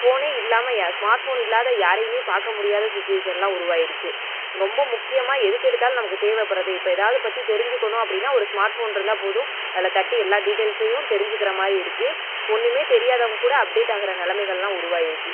ஃபோனே இல்லாமல் smart phone இல்லாத யாரையுமே பார்க்க முடியாத ஸ்ச்சுவேஷனெல்லாம் உருவாகிடுச்சி ரொம்ப முக்கியமாக எதுக்கெடுத்தாலும் நமக்கு தேவைப்பட்றது இப்போ ஏதாவது பற்றி தெரிஞ்சுக்கணும் அப்படினா ஒரு ஸ்மார்ட் ஃபோன் இருந்தால் போதும் அதில் தட்டி எல்லாம் டீட்டைல்ஸெயும் தெரிஞ்சுக்கிற மாதிரி இருக்கு ஒன்றுமே தெரியாதவங்ககூட அப்டேட் ஆகிற நிலமைகெல்லாம் உருவாகியிருக்கு